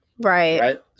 Right